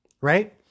right